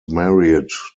married